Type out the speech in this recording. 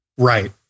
Right